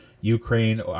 Ukraine